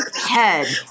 head